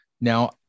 Now